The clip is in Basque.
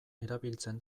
erabiltzen